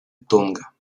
тонга